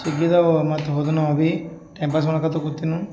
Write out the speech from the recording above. ಸ್ವಿಗ್ಗಿದಾವ್ ಮತ್ತು ಹೊದನು ಅಬಿ ಟೈಂ ಪಾಸ್ ಮಾಡೋಕಂತ ಕೂತ್ವಿ ನಾವು